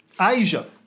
Asia